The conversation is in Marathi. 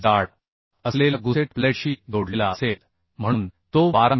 जाड असलेल्या गुसेट प्लेटशी जोडलेला असेल म्हणून तो 12 मि